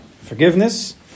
forgiveness